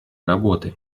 работы